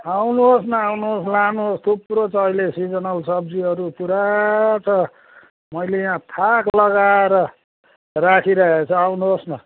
आउनुहोस् न आउनुहोस् लानुहोस् थुप्रो छ अहिले सिजनल सब्जीहरू पुरा छ मैले यहाँ थाक लगाएर राखिरहेको छ आउनुहोस् न